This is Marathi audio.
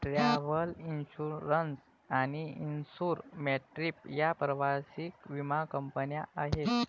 ट्रॅव्हल इन्श्युरन्स आणि इन्सुर मॅट्रीप या प्रवासी विमा कंपन्या आहेत